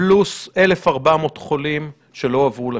פלוס 1,400 חולים שלא הועברו לשב"כ.